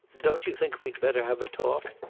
don't you think we'd better have a talk?